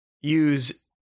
use